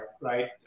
right